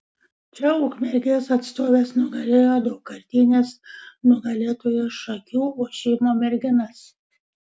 čia ukmergės atstovės nugalėjo daugkartines nugalėtojas šakių ošimo merginas